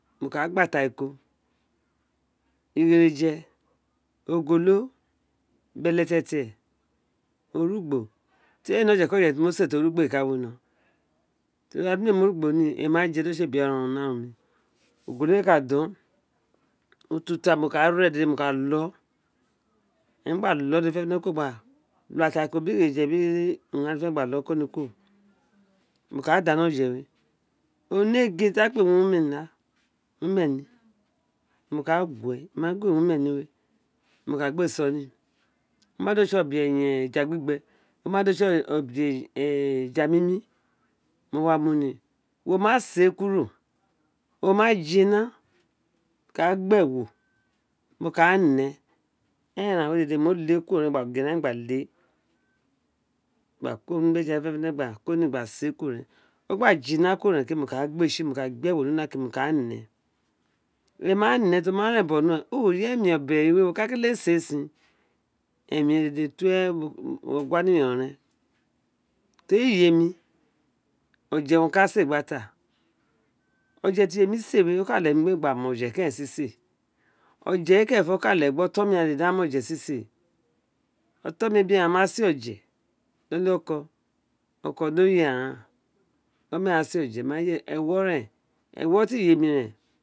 Ma ka gba atia ko igereje ogolo belele orugbo ti a ne oje ki oje ti mọ̄ se tr orugbo ēē ka wino mo ma gin mi éè mu orugbo ni dr mo ma je dr o ka tse biarun na arun mi ogolo we ka dun utula mo ka ri éé dede mo ka lọ́ọ́ ema ma lóò mo ka da ni oje we oni egin ti a kpe wun omeni mo ka gu we mo ma gu we omeni mo ka gbe sọ nr oma do tsl éè obeyen eja gbi gbe oma do tsl ee eya mi mi mo wa mu nr wo ma si ee kuro o ma jina loo ka gba ewo mo ka nee eren eran we dede mo le kuro gba gl eran dede kba ko nr eja we fenefene gba mu nr gba si ee kuru o gha jina kuro ren mo ka gbl ee tsl ke me ira gbe ewo we nl una ke ene ma ne ira ti a ma ren bogho a loo gin eyl emi obeyen we o bo ko owun a kele si ee sin eml ro dede to ogua ni yon ren tori oye mr oje owun o ka sl ee gba ta oje tr iyemi si ee gba taa we o ka reghe mi gbe ma ofe sl se we oje we kerenlo o ka leghe oton mi ghan gba ma oje sise oton mr ebiren ghaan ma sl ee oje ni iloli oko oko adian do yiri aghan di omeran do sl éè oje ewo ren e̱wo̱ br iye mit ré̱é̱n